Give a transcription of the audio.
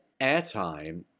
airtime